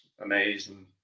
amazing